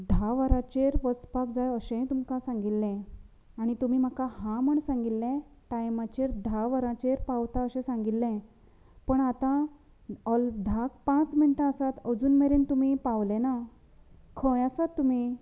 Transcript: धा वरांचेर वचपाक जाय अशेंय तुमकां सांगिल्ले आनी तुमी म्हाका हां म्हण सांगिल्ले टायमाचेर धा वरांचेर पावता अशें सांगिल्ले पण आता ऑल धाक पांच मिनटां आसात अजून मेरेन तुमी पावलेनात खंय आसात तुमी